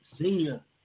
Senior